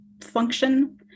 function